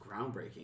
groundbreaking